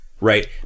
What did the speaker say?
right